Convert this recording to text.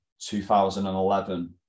2011